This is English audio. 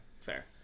fair